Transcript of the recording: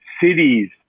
cities